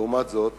לעומת זאת,